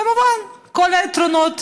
כמובן, כל היתרונות.